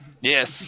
Yes